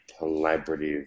collaborative